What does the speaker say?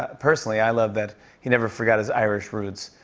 ah personally, i loved that he never forgot his irish roots,